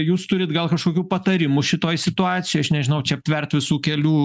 jūs turit gal kažkokių patarimų šitoj situacijoj aš nežinau čia aptvert visų kelių